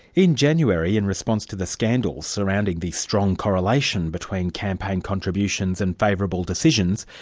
in january, in response to the scandals surrounding the strong correlation between campaign contributions and favourable decisions,